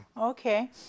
Okay